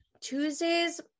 Tuesdays